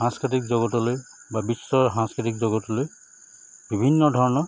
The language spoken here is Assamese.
সাংস্কৃতিক জগতলৈ বা বিশ্বৰ সাংস্কৃতিক জগতলৈ বিভিন্ন ধৰণৰ